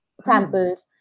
samples